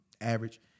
average